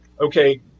okay